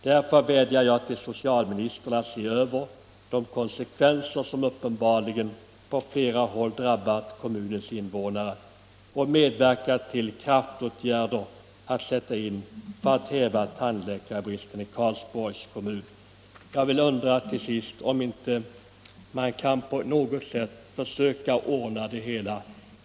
Därför vädjar jag till socialministern att se över de konsekvenser som uppenbarligen på flera håll drabbat kommunens invånare och att medverka till att kraftåtgärder sätts in för att häva tandläkarbristen i Karlsborgs kommun. Jag undrar till sist om man inte på något sätt kan försöka ordna upp situationen.